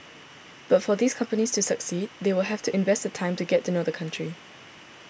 but for these companies to succeed they will have to invest the time to get to know the country